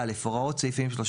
"(א) הוראות סעיפים 34,